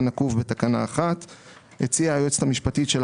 אדוני השר מתבקש להציג.